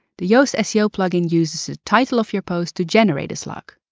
the yoast seo plugin uses the title of your post to generate a slug.